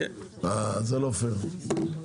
אה, זה לא פייר,